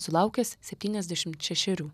sulaukęs septyniasdešimt šešerių